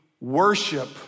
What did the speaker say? worship